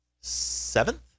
seventh